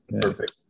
perfect